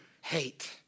hate